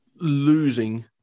losing